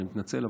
אני מתנצל,